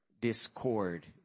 discord